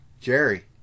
Jerry